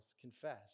confess